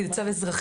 כי זה צו אזרחי,